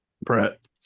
Brett